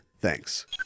Thanks